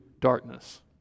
darkness